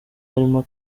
harimo